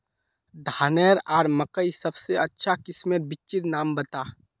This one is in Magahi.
धानेर आर मकई सबसे अच्छा किस्मेर बिच्चिर नाम बता?